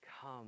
Come